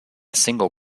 single